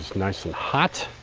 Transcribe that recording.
nice and hot,